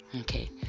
Okay